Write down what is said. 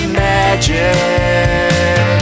magic